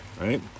Right